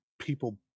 people